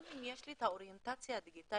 גם אם יש לי את האוריינטציה הדיגיטלית,